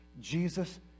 Jesus